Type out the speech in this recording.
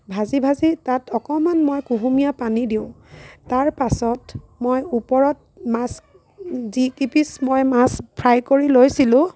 ভাজি ভাজি তাত অকণমান মই কুহুমীয়া পানী দিওঁ তাৰ পাছত মই ওপৰত মাছ যিকেইপিচ মই মাছ ফ্ৰাই কৰি লৈছিলোঁ